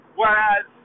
whereas